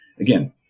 again